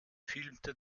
filmte